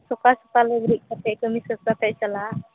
ᱥᱚᱠᱟᱞ ᱥᱚᱠᱟᱞ ᱨᱮ ᱵᱮᱨᱮᱫ ᱠᱟᱛᱮ ᱠᱟᱹᱢᱤ ᱥᱟᱹᱛ ᱠᱟᱛᱮ ᱪᱟᱞᱟᱜ